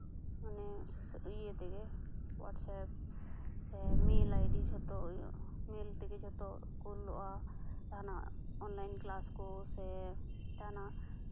ᱢᱟᱱᱮ ᱤᱭᱟᱹ ᱛᱮᱜᱮ ᱦᱚᱣᱟᱴᱥᱮᱯ ᱥᱮ ᱢᱮᱞ ᱟᱭᱰᱤ ᱡᱷᱚᱛᱚ ᱤᱭᱟᱹ ᱢᱮᱞ ᱛᱮᱜᱮ ᱡᱷᱚᱛᱚ ᱠᱩᱞᱳᱜᱼᱟ ᱡᱟᱦᱟᱱᱟᱜ ᱚᱱᱞᱟᱭᱤᱱ ᱠᱞᱟᱥ ᱠᱚ ᱥᱮ ᱡᱟᱦᱟᱱᱟᱜ